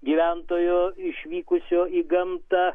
gyventojo išvykusio į gamtą